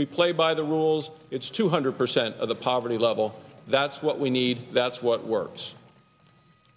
we play by the rules it's two hundred percent of the poverty level that's what we need that's what works